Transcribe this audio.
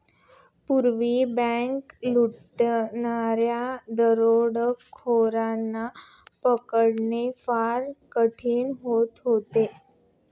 पूर्वी बँक लुटणाऱ्या दरोडेखोरांना पकडणे फार कठीण होत होते